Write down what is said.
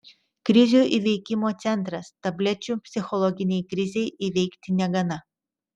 krizių įveikimo centras tablečių psichologinei krizei įveikti negana